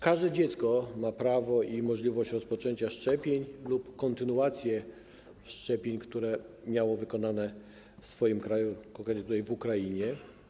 Każde dziecko ma prawo i możliwość rozpoczęcia szczepień lub kontynuację szczepień, które miało wykonane w swoim kraju, w tym przypadku konkretnie w Ukrainie.